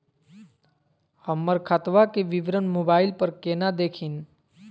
हमर खतवा के विवरण मोबाईल पर केना देखिन?